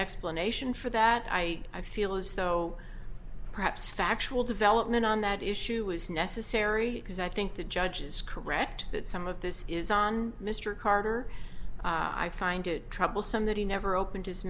explanation for that i feel as though perhaps factual development on that issue was necessary because i think the judge is correct that some of this is on mr carter i find it troublesome that he never open